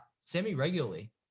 semi-regularly